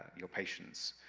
your patients.